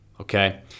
Okay